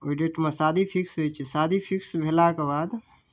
ओहि डेटमे शादी फिक्स होइ छै शादी फिक्स भेलाके बाद